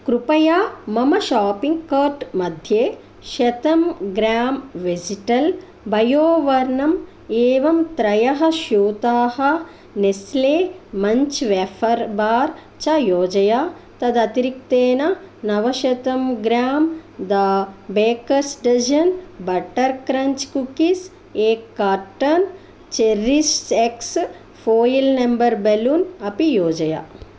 कृपया मम shopping cart मध्ये शतं ग्रां वेजिटल् बयो वर्णम् एवं त्रयः स्यूताः नेस्ले मञ्च् वेफर् बार् च योजय तदतिरिक्तेन नवशतं gram the Bakers Dozen butter crunch cookies एक कार्टन् चेरिस् एक्स् पोयिल् नम्बर् बलून् अपि योजय